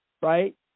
right